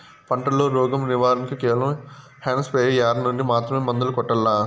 పంట లో, రోగం నివారణ కు కేవలం హ్యాండ్ స్ప్రేయార్ యార్ నుండి మాత్రమే మందులు కొట్టల్లా?